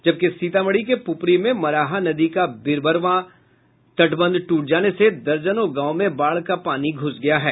जबकि सीतामढ़ी के पुपरी में मराहा नदी का बीररवा तटबंध टूट जाने से दर्जनों गांव में बाढ़ का पानी घ्रस गया है